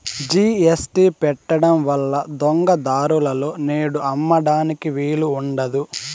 GST పెట్టడం వల్ల దొంగ దారులలో నేడు అమ్మడానికి వీలు ఉండదు